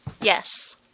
Yes